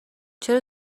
چرا